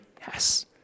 yes